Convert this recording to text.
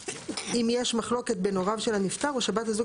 אם יש מחלוקת בין הוריו של הנפטר או שבת הזוג